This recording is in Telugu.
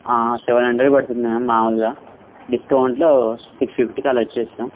సెవెన్ హండ్రెడ్ పడుతుంది మ్యామ్ మామూలుగా డిస్కౌంట్లో సిక్స్ ఫిఫ్టీకి ఆలా ఇచ్చేస్తాను